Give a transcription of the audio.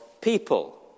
people